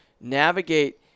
navigate